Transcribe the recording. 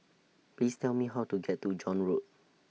Please Tell Me How to get to John Road